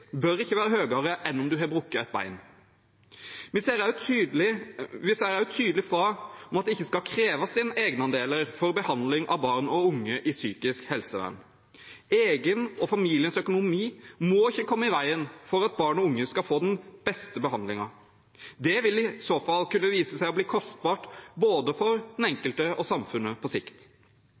bør ikke være høyere enn om en har brukket et bein. Vi sier også tydelig fra om at det ikke skal kreves inn egenandeler for behandling av barn og unge i psykisk helsevern. Egen og familiens økonomi må ikke komme i veien for at barn og unge skal få den beste behandlingen. Det vil i så fall kunne vise seg å bli kostbart både for den enkelte og for samfunnet på sikt.